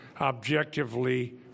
objectively